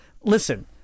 listen